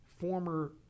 former